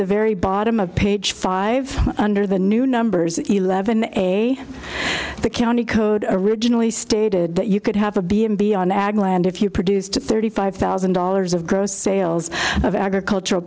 the very bottom of page five under the new numbers eleven a the county code originally stated that you could have a b and b on ag land if you produced a thirty five thousand dollars of gross sales of agricultural